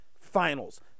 Finals